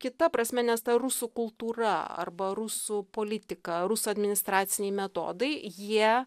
kita prasme nes ta rusų kultūra arba rusų politika rusų administraciniai metodai jie